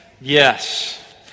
Yes